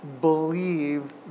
believe